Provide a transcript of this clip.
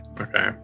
Okay